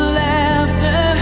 laughter